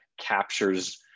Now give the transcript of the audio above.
captures